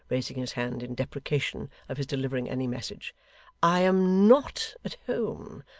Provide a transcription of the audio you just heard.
raising his hand in deprecation of his delivering any message i am not at home.